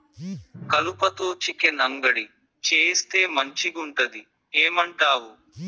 కలుపతో చికెన్ అంగడి చేయిస్తే మంచిగుంటది ఏమంటావు